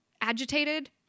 agitated